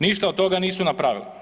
Ništa od toga nisu napravili.